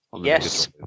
Yes